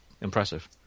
impressive